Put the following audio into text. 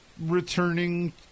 returning